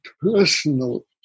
personal